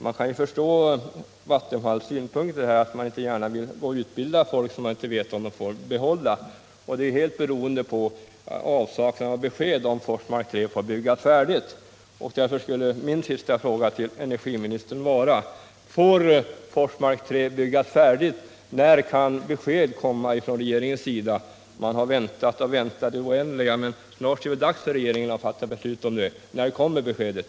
Jag kan förstå Vattenfalls synpunkt att man inte gärna vill utbilda folk som man inte vet om man får behålla, något som helt beror på avsaknaden av besked i frågan om Forsmark 3 får byggas färdigt. Min sista fråga till energiministern är därför: När kan besked komma från regeringen i den frågan? Man har väntat och väntat i det oändliga, men snart måste det vara dags för regeringen att fatta beslut. När kommer beskedet?